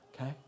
okay